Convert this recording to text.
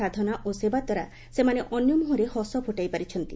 ସାଧନା ଓ ସେବା ଦ୍ୱାରା ସେମାନେ ଅନ୍ୟମୁହଁରେ ହସ ଫୁଟାଇ ପାରିଛନ୍ତି